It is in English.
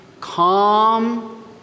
calm